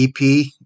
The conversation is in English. EP